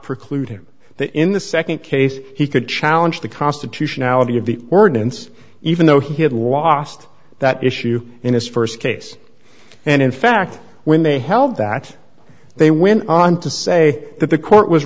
preclude him that in the nd case he could challenge the constitutionality of the ordinance even though he had lost that issue in his st case and in fact when they held that they went on to say that the court was